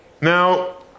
Now